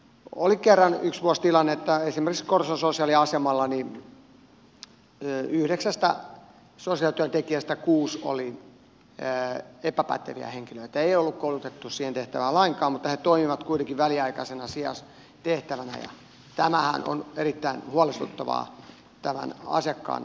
oli kerran yksi vuosi tilanne että esimerkiksi korson sosiaaliasemalla yhdeksästä sosiaalityöntekijästä kuusi oli epäpäteviä henkilöitä ei ollut koulutettu siihen tehtävään lainkaan mutta he toimivat kuitenkin väliaikaisissa sijaistehtävissä ja tämähän on erittäin huolestuttavaa asiakkaan kannalta